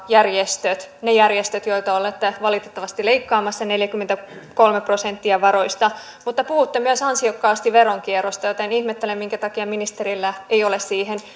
järjestöt ne järjestöt joilta olette valitettavasti leikkaamassa neljäkymmentäkolme prosenttia varoista mutta puhutte myös ansiokkaasti veronkierrosta joten ihmettelen minkä takia ministerillä ei ole siihen